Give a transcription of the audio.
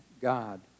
God